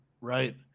right